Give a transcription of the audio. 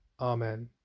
Amen